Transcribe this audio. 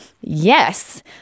yes